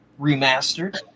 Remastered